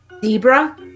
Zebra